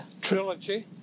trilogy